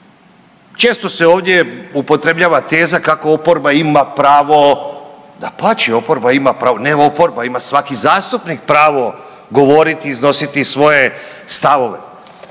Često se ovdje upotrebljava teza kako oporba ima pravo, dapače oporba ima pravo, ne oporba, ima svaki zastupnik pravo govoriti i iznositi svoje stavove,